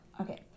okay